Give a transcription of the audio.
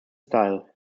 style